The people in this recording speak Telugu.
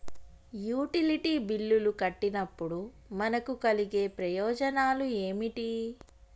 యుటిలిటీ బిల్లులు కట్టినప్పుడు మనకు కలిగే ప్రయోజనాలు ఏమిటి?